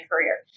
career